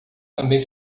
também